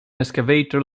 excavator